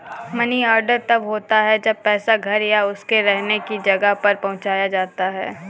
money order तब होता है जब पैसा घर या उसके रहने की जगह पर पहुंचाया जाता है